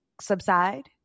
subside